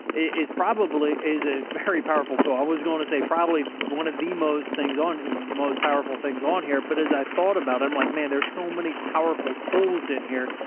is probably, is a very powerful tool. i was going to say probably one of the most things on most powerful things on here. but as i thought about it, i'm like, man, there's so many powerful tools in here.